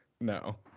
No